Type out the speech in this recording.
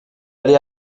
allé